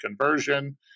conversion